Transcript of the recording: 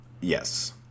Yes